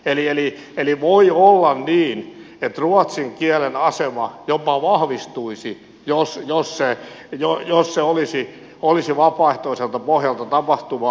voi olla niin että ruotsin kielen asema jopa vahvistuisi jos se olisi vapaaehtoiselta pohjalta tapahtuvaa